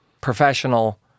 professional